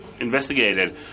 investigated